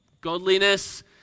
Godliness